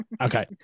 okay